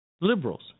Liberals